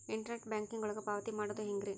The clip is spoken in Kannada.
ಇಂಟರ್ನೆಟ್ ಬ್ಯಾಂಕಿಂಗ್ ಒಳಗ ಪಾವತಿ ಮಾಡೋದು ಹೆಂಗ್ರಿ?